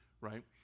right